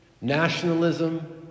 nationalism